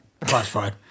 Classified